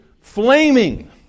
flaming